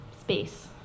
space